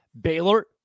Baylor